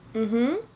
mmhmm